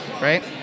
right